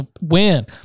win